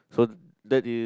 so that is